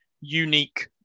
unique